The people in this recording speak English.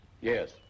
Yes